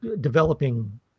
developing